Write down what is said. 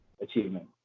achievement